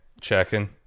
checking